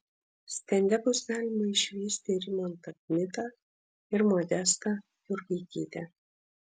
stende bus galima išvysti rimantą kmitą ir modestą jurgaitytę